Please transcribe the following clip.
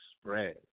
spread